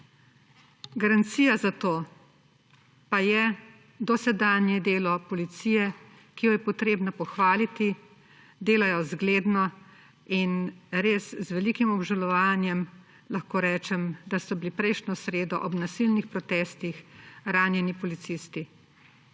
Garancija za to pa je dosedanje delo policije, ki jo je treba pohvaliti, delajo zgledno. In res z velikim obžalovanjem lahko rečem, da so bili prejšnjo sredo ob nasilnih protestih ranjeni policisti.